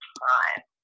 time